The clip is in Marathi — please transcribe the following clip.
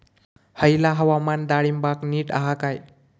हयला हवामान डाळींबाक नीट हा काय?